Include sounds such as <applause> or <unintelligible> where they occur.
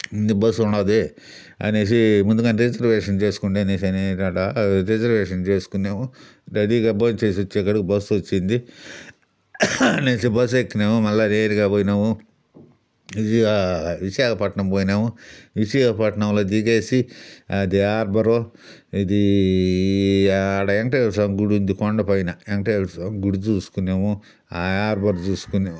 bus ఉండాది అనేసి ముందుగానే <unintelligible> చేసుకోండి అనికాడ రిజర్వేషన్ చేసుకున్నాము రెడీగా భోంచేసి వచ్చేకాడికి బస్సు వచ్చింది అనేసి బస్సు ఎక్కాము మళ్ళా నేరుగా పోయాము ఇది విశాఖపట్నం పోయినాము విశాఖపట్నంలో దిగేసి అది హార్బర్ ఇది వెంకటేశ్వర స్వామి గుడి ఉంది కొండపైన వెంకటేశ్వర స్వామి గుడి చూసుకున్నాము ఆ హార్బర్ చూసుకున్నాము